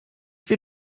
wir